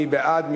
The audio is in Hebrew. מי בעד?